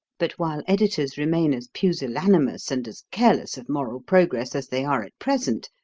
but while editors remain as pusillanimous and as careless of moral progress as they are at present,